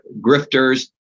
grifters